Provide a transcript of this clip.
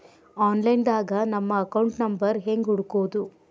Online ದಾಗ ನಮ್ಮ account number ಹೆಂಗ್ ಹುಡ್ಕೊದು?